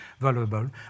valuable